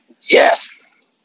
Yes